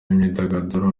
imyidagaduro